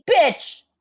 bitch